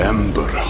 Ember